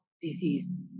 disease